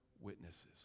witnesses